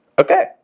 okay